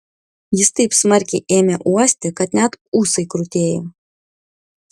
jis taip smarkiai ėmė uosti kad net ūsai krutėjo